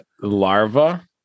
larva